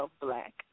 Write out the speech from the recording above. black